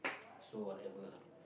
so whatever lah